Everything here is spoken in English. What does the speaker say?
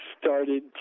started